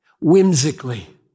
whimsically